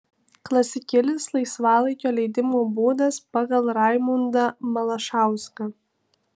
klasikinis laisvalaikio leidimo būdas pagal raimundą malašauską